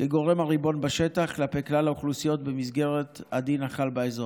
כגורם הריבון בשטח כלפי כלל האוכלוסיות במסגרת הדין החל באזור.